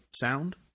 sound